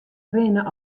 rinne